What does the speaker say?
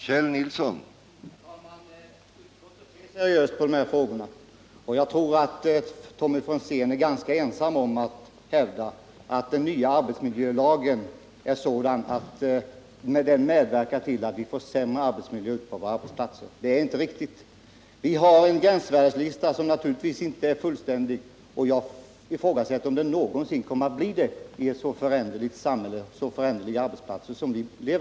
Herr talman! Utskottet ser seriöst på de här frågorna, och jag tror att Tommy Franzén är ganska ensam om att hävda att den nya arbetsmiljölagen medverkar till att vi får sämre arbetsmiljö på våra arbetsplatser. Det är inte riktigt. Vi har en gränsvärdeslista som naturligtvis inte är fullständig, men jag ifrågasätter om den någonsin kommer att bli det med ett så föränderligt samhälle och så föränderliga arbetsplatser som vi har.